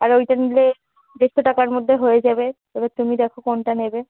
আর ওইটা নিলে দেড়শো টাকার মধ্যে হয়ে যাবে এবার তুমি দেখো কোনটা নেবে